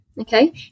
okay